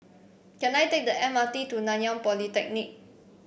can I take the M R T to Nanyang Polytechnic